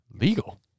Legal